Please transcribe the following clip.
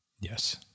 yes